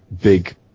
big